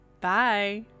Bye